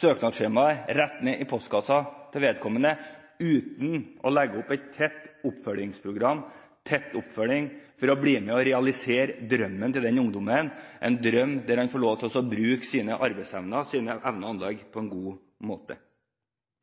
søknadsskjemaet rett i postkassen til vedkommende, uten å legge opp et tett oppfølgingsprogram for å være med og realisere drømmen til ungdommen, en drøm der en får lov til å bruke sine arbeidsevner og anlegg på en god måte.